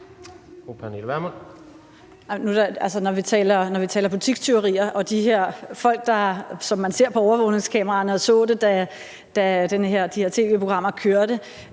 Når vi taler butikstyverier og de her folk, som man ser på overvågningskameraerne og så det, da de her tv-programmer kørte,